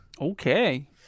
Okay